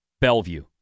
Bellevue